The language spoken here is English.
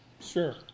Sure